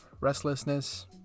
restlessness